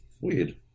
weird